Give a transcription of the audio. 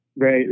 right